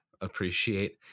appreciate